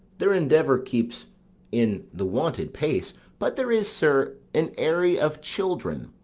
their endeavour keeps in the wonted pace but there is, sir, an aery of children,